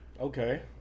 Okay